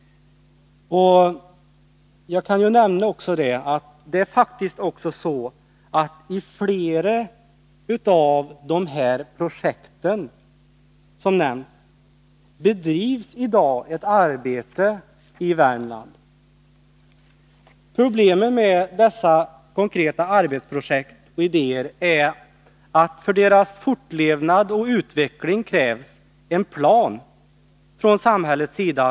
När det gäller flera av de nämnda Värmlandsprojekten har man faktiskt redan påbörjat arbetet. Problemen med dessa konkreta arbetsprojekt och idéer är emellertid att det för fortlevnad och utveckling krävs en plan från samhällets sida.